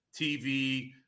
TV